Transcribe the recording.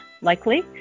likely